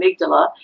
amygdala